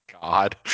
god